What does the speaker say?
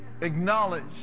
acknowledge